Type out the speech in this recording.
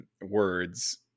words